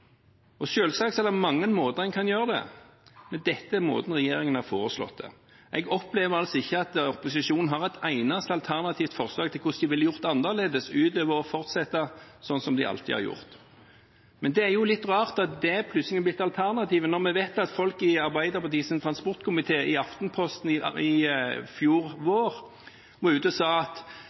er det mange måter en kan gjøre det på, men dette er måten regjeringen har foreslått. Jeg opplever ikke at opposisjonen har et eneste alternativt forslag til hvordan de ville gjort det annerledes, utover å fortsette sånn som de alltid har gjort. Men det er jo litt rart at det plutselig har blitt alternativet, når vi vet at Arbeiderpartiets folk i transportkomiteen i fjor vår var ute og sa i Aftenposten